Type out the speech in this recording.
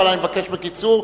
אבל אני מבקש בקיצור,